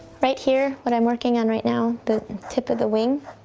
right here, what i'm working on right now, the tip of the wing,